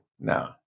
No